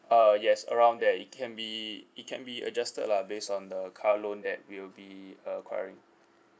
uh yes around that it can be it can be adjusted lah based on the car loan that we'll be acquiring